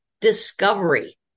discovery